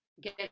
get